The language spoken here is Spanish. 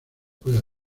puede